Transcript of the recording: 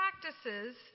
practices